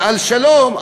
ועל שלום,